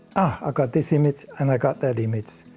i got this image and i got that image,